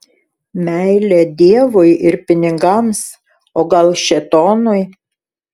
meilė dievui ir pinigams o gal šėtonui